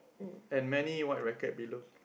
and many white racket below